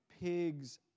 pig's